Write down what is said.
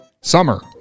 Summer